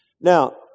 Now